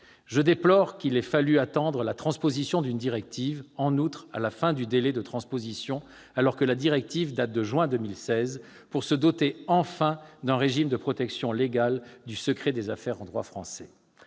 Je déplore qu'il ait fallu attendre la transposition d'une directive- qui plus est, à la fin du délai de transposition, la directive datant de juin 2016 -pour se doter enfin d'un régime de protection légale du secret des affaires en droit français.